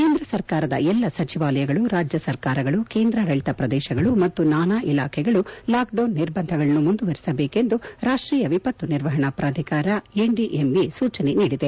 ಕೇಂದ್ರ ಸರ್ಕಾರದ ಎಲ್ಲಾ ಸಚಿವಾಲಯಗಳು ರಾಜ್ಯ ಸರ್ಕಾರಗಳು ಕೇಂದ್ರಾಡಳತ ಪ್ರದೇಶಗಳು ಮತ್ತು ನಾನಾ ಇಲಾಖೆಗಳು ಲಾಕ್ಡೌನ್ ನಿರ್ಬಂಧಗಳನ್ನು ಮುಂದುವರಿಸಬೇಕು ಎಂದು ರಾಷ್ಟೀಯ ವಿಪತ್ತು ನಿರ್ವಹಣಾ ಪ್ರಾಧಿಕಾರ ಎನ್ಡಿಎಂಎ ಸೂಚನೆ ನೀಡಿದೆ